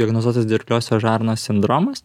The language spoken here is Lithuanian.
diagnozuotas dirgliosios žarnos sindromas